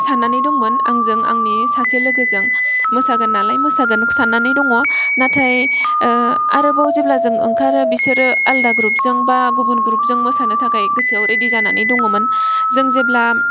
सान्नानै दंमोन आंजों आंनि सासे लोगोजों मोसागोन नालाय मोसागोन सान्नाना दङ नाथाय आरोबाव जेब्ला जों ओंखारो बिसोरो आलदा ग्रुपजों बा गुबुन ग्रुपजों मोसानो थाखाय गोसोआव रेदि जानानै दङमोन जों जेब्ला